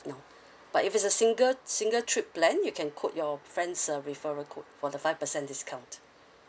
no but if it's a single single trip plan you can quote your friend's uh referral code for the five percent discount